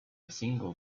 single